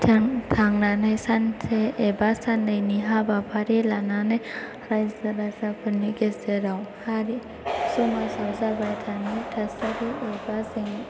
थांनानै सानसे एबा साननैनि हाबाफारि लानानै रायजो राजाफोरनि गेजेराव हारि समाजाव जाबाय थानाय थासारि एबा जेंना